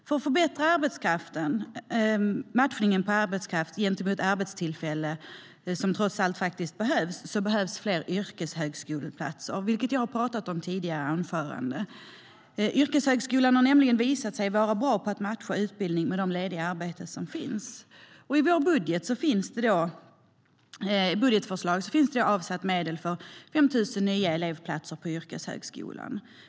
För att förbättra matchningen av arbetskraft gentemot de arbetstillfällen som trots allt finns behövs det fler yrkeshögskoleplatser, vilket jag har talat om i tidigare anföranden. Yrkeshögskolan har nämligen visat sig vara bra på att matcha utbildning med de lediga arbeten som finns. I vårt budgetförslag finns det medel avsatta för 5 000 nya elevplatser på yrkeshögskolan.